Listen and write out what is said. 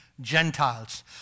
Gentiles